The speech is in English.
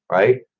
right.